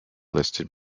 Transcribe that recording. listed